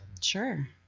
Sure